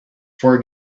for